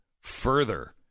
further